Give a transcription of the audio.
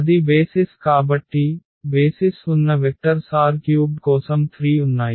అది బేసిస్ కాబట్టి బేసిస్ ఉన్న వెక్టర్స్ R³ కోసం 3 ఉన్నాయి